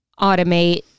automate